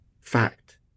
fact